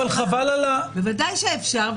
אבל חבל על --- בוודאי שאפשר,